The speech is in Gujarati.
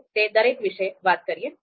ચાલો તે દરેક વિશે વાત કરીએ